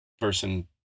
person